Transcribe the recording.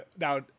now